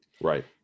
right